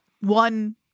one